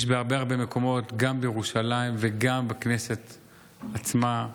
יש בהרבה מקומות, גם בירושלים וגם בכנסת עצמה.